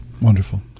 wonderful